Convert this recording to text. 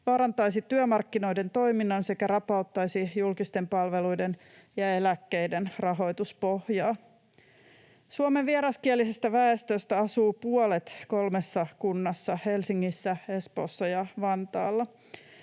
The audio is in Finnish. vaarantaisi työmarkkinoiden toiminnan sekä rapauttaisi julkisten palveluiden ja eläkkeiden rahoituspohjaa. Suomen vieraskielisestä väestöstä puolet asuu kolmessa kunnassa: Helsingissä, Espoossa ja Vantaalla.